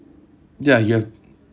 ya you have